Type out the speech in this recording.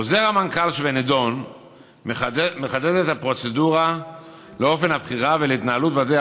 חוזר המנכ"ל שבנדון מחדד את הפרוצדורה לאופן הבחירה ולהתנהלות ועדי